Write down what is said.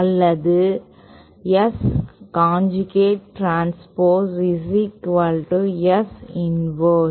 அல்லது S conjugate transpose S inverse